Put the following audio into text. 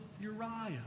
Uriah